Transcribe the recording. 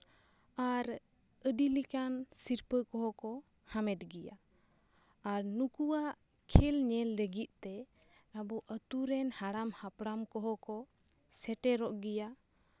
ᱟᱨ ᱟᱹᱰᱤ ᱞᱮᱠᱟᱱ ᱥᱤᱨᱯᱟᱹ ᱠᱚᱦᱚᱸ ᱠᱚ ᱦᱟᱢᱮᱴ ᱜᱮᱭᱟ ᱟᱨ ᱱᱩᱠᱩᱣᱟᱜ ᱠᱷᱮᱞ ᱧᱮᱞ ᱞᱟᱹᱜᱤᱫ ᱛᱮ ᱟᱵᱚ ᱟᱛᱳ ᱨᱮᱱ ᱦᱟᱲᱟᱢ ᱦᱟᱯᱲᱟᱢ ᱠᱚᱦᱚᱸ ᱠᱚ ᱥᱮᱴᱮᱨᱚᱜ ᱜᱮᱭᱟ